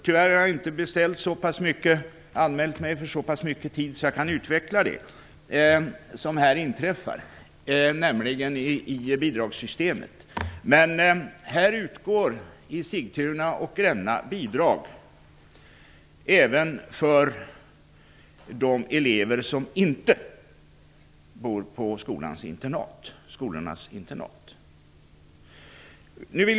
Tyvärr har jag inte anmält mig för så pass mycket tid att jag kan utveckla resonemanget kring det som har inträffat vad gäller bidragssystemet. Men i Sigtuna och Gränna utgår bidrag även för de elever som inte bor på skolornas internat.